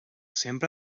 sempre